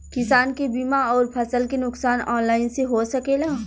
किसान के बीमा अउर फसल के नुकसान ऑनलाइन से हो सकेला?